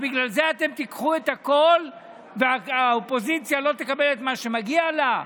אז בגלל זה אתם תיקחו את הכול והאופוזיציה לא תקבל את מה שמגיע לה?